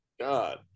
God